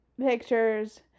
pictures